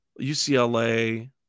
UCLA